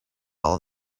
all